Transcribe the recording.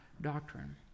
doctrine